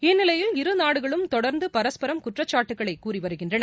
இந்நிலையில் இருநாடுகளும் தொடர்ந்து பரஸ்பரம் குற்றச்சாட்டுக்களை கூறி வருகின்றன